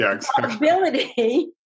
probability